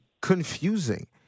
confusing